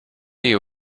you